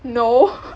no